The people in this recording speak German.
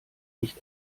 nicht